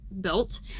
built